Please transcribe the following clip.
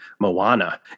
Moana